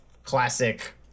classic